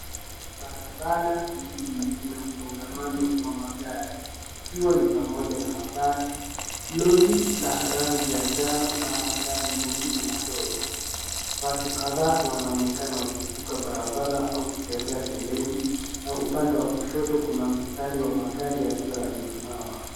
Barabara mjini ,inamsongamano wa magari, ikiwa ni pamoja na mabasi, lori la rangi ya njano na magari mengine madogo. Watu kadhaa wanaonekana wakivuka barabara au kutembea pembeni na upande wa kushoto kuna mstari wa magari yakiwa yamesimama.